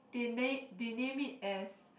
they name~ they name it as